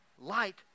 Light